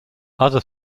other